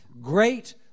great